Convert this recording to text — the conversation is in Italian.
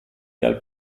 dal